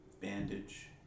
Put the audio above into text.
bandage